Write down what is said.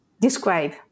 describe